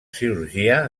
cirurgia